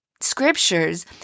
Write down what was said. scriptures